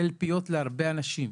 תלפיות להרבה אנשים.